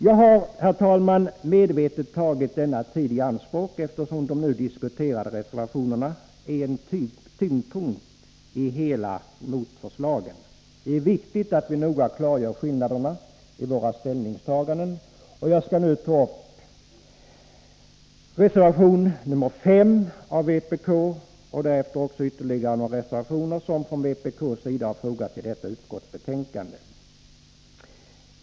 Jag har, herr talman, medvetet tagit denna tid i anspråk eftersom de nu diskuterade reservationerna är tyngdpunkten i hela motförslaget. Det är 29 viktigt att vi noga klargör skillnaden mellan våra ställningstaganden. Jag skall nu ta upp reservation 5 av vpk och därefter också ytterligare några reservationer som från vpk:s sida fogats till utskottsbetänkandet.